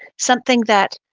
something that